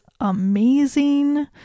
amazing